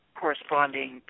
corresponding